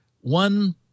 one